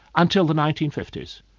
until the nineteen fifty s.